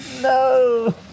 No